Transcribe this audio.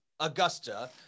Augusta